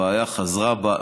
הבעיה חזרה בה,